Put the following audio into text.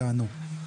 ייענו.